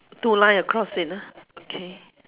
two line across it ah okay